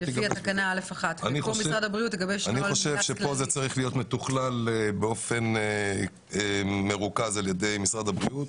אני חושב שכאן זה צריך להיות מתוכלל באופן מרוכז על ידי משרד הבריאות.